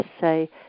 say